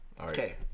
okay